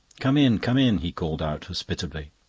come in, come in, he called out hospitably.